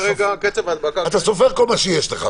בסוף אצה סופר כל מה שיש לך.